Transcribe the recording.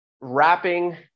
wrapping